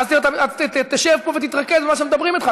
אז תשב פה ותתרכז במה שמדברים אתך.